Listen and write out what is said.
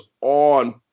on